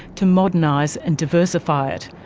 to modernise and diversify it.